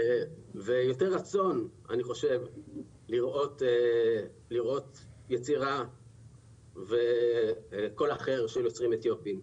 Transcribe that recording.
ויותר רצון לראות יצירה וקול אחר של יוצרים אתיופים.